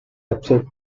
upset